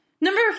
number